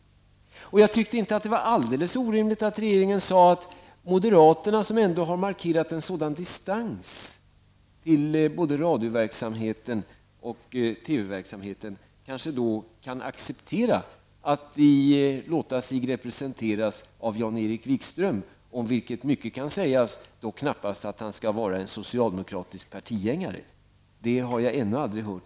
Inte heller tyckte jag att det var alldeles orimligt att regeringen sade att moderaterna, som ändå har markerat en sådan distans till både radio och TV verksamheten, kanske kan acceptera att låta sig representeras av Jan-Erik Wikström om vilken mycket kan sägas, dock knappast att han är en socialdemokratisk partigängare. Det har jag ännu aldrig hört.